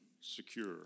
secure